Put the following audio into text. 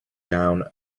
down